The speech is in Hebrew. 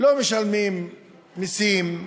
לא משלמים מסים,